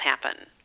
happen